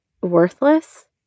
worthless